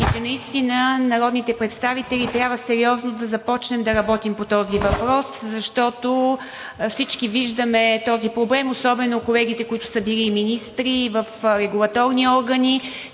и че народните представители трябва сериозно да започнем да работим по този въпрос, защото всички виждаме този проблем, особено колегите, които са били министри, в регулаторни органи,